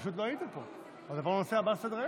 פשוט לא היית פה אז עברנו לנושא הבא על סדר-היום.